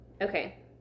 Okay